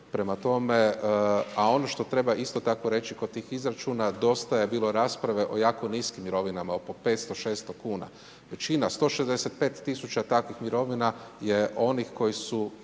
Prema tome, a ono što treba isto tako reći, kod tih izračuna, dosta je bilo rasprave o jako niskim mirovinama, oko 500-600 kn. Većina 165000 takvih mirovina je onih koji su